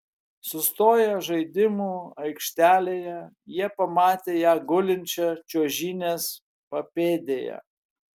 sustoję žaidimų aikštelėje jie pamatė ją gulinčią čiuožynės papėdėje